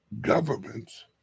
Governments